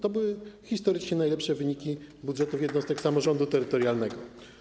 To były historycznie najlepsze wyniki budżetów jednostek samorządu terytorialnego.